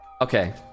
Okay